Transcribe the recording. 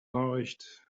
nachricht